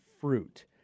fruit